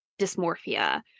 dysmorphia